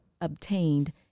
obtained